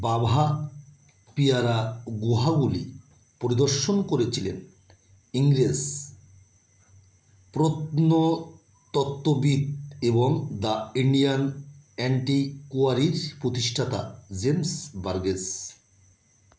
বাভা পিয়ারা গুহাগুলি পরিদর্শন করেছিলেন ইংরেজ প্রত্নতত্ববিদ এবং দ্য ইন্ডিয়ান অ্যান্টিকোয়ারির প্রতিষ্ঠাতা জেমস বার্গেস